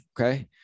okay